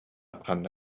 ханна